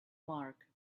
mark